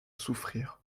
souffrir